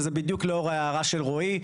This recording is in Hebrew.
וזה בדיוק לאור ההערה של רואי,